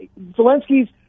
Zelensky's